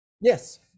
Yes